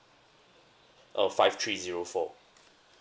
uh five three zero four